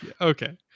Okay